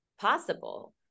possible